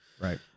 Right